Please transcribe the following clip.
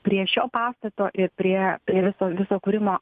prie šio pastato ir prie prie viso viso kūrimo